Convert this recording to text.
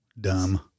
Dumb